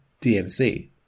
DMC